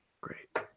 Great